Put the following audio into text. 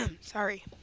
sorry